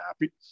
happy